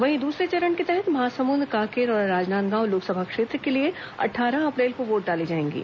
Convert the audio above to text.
वहीं दूसरे चरण के तहत महासमुंद कांकेर और राजनांदगांव लोकसभा क्षेत्र के लिए अट्ठारह अप्रैल को वोट डाले जाएंगे